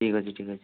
ଠିକ୍ଅଛି ଠିକ୍ଅଛି